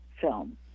film